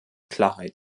klarheit